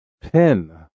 Pin